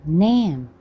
name